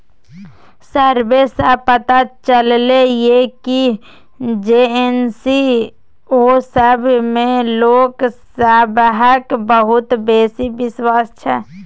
survey सँ पता चलले ये की जे एन.जी.ओ सब मे लोक सबहक बहुत बेसी बिश्वास छै